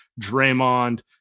Draymond